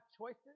choices